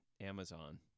Amazon